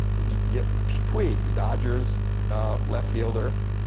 yeah pwee, the dodgers left fielder,